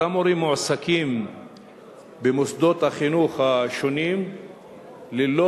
אותם מורים מועסקים במוסדות החינוך השונים ללא